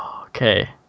Okay